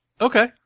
okay